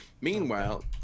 Meanwhile